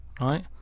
right